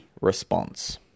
response